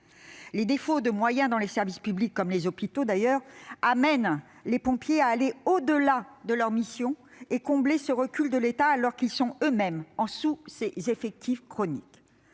Les défauts de moyens dans les services publics, comme dans les hôpitaux d'ailleurs, amènent les pompiers à aller au-delà de leurs missions et à combler ce recul de l'État, alors qu'ils sont eux-mêmes en sous-effectif chronique.